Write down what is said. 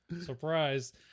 Surprise